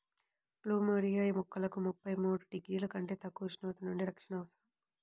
plumeria మొక్కలకు ముప్పై మూడు డిగ్రీల కంటే తక్కువ ఉష్ణోగ్రతల నుండి రక్షణ అవసరం